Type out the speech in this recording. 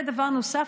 דבר נוסף,